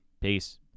Peace